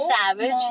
Savage